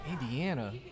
Indiana